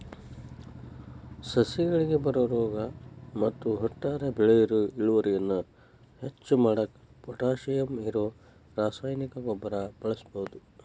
ಸಸಿಗಳಿಗೆ ಬರೋ ರೋಗ ಮತ್ತ ಒಟ್ಟಾರೆ ಬೆಳಿ ಇಳುವರಿಯನ್ನ ಹೆಚ್ಚ್ ಮಾಡಾಕ ಪೊಟ್ಯಾಶಿಯಂ ಇರೋ ರಾಸಾಯನಿಕ ಗೊಬ್ಬರ ಬಳಸ್ಬಹುದು